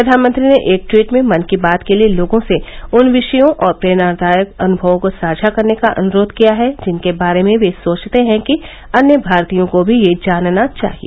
प्रधानमंत्री ने एक ट्वीट में मन की बात के लिए लोगों से उन विषयों और प्रेरणादायक अनुभवों को साझा करने का अनुरोध किया है जिनके बारे में वे सोचते हैं कि अन्य भारतीयों को भी यह जानना चाहिए